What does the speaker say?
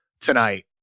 tonight